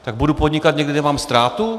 Tak budu podnikat někde, kde mám ztrátu?